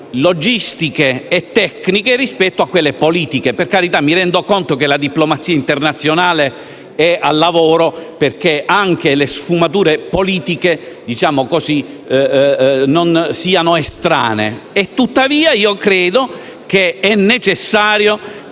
logistiche e tecniche rispetto a quelle politiche. Per carità, mi rendo conto che la diplomazia internazionale è al lavoro perché anche le sfumature politiche non siano estranee alla scelta, ma credo che sia necessario